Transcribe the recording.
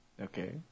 Okay